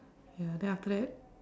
ya then after that